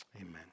amen